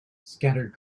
scattered